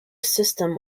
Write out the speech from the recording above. system